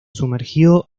sumergió